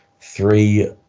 three